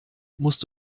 musst